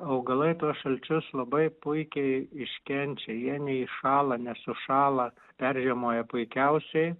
augalai tuos šalčius labai puikiai iškenčia jie neįšąla nesušąla peržiemoja puikiausiai